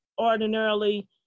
ordinarily